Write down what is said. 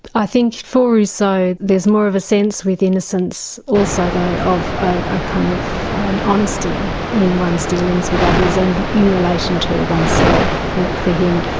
i think for rousseau, there's more of a sense with innocence, also though of a kind of and honesty in one's dealings with others, and in relation to oneself. that for him,